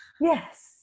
Yes